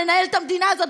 לנהל את המדינה הזאת,